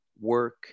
work